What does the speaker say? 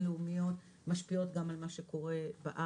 הבינלאומיות משפיעות גם על מה שקורה בארץ.